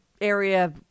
area